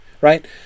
right